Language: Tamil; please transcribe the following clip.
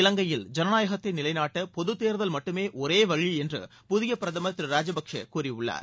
இலங்கையில் ஜனநாயகத்தை நிலைநாட்ட பொதுத் தேர்தல் மட்டுமே ஒரே வழி என்று புதிய பிரதமர் திரு ராஜபக்சே கூறியுள்ளார்